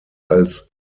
als